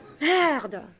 Merde